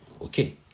okay